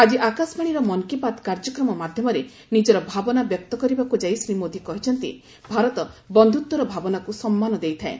ଆକି ଆକାଶବାଣୀର ମନ୍ କି ବାତ କାର୍ଯ୍ୟକ୍ରମ ମାଧ୍ୟମରେ ନିଜର ଭାବନା ବ୍ୟକ୍ତ କରିବାକୁ ଯାଇ ଶ୍ରୀ ମୋଦୀ କହିଛନ୍ତି ଭାରତ ବନ୍ଧୁତ୍ୱର ଭାବନାକୁ ସମ୍ମାନ ଦେଇଥାଏ